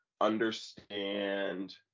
understand